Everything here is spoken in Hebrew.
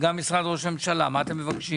גם משרד ראש הממשלה, מה אתם מבקשים?